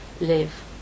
live